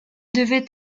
devait